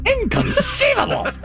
Inconceivable